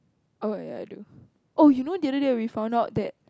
oh ya I do oh you know the other day we found out that